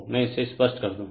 मैं इसे स्पष्ट कर दूं